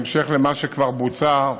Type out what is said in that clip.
בהמשך למה שכבר בוצע,